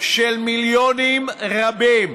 של מיליונים רבים